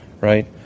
Right